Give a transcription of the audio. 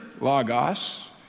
Lagos